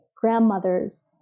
grandmothers